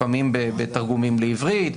לפעמים בתרגומים לעברית,